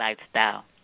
lifestyle